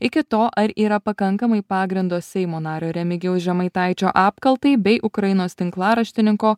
iki to ar yra pakankamai pagrindo seimo nario remigijaus žemaitaičio apkaltai bei ukrainos tinklaraštininko